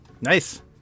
Nice